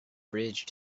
bridge